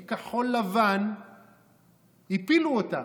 כי כחול לבן הפילו אותה.